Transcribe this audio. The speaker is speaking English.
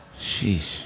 Sheesh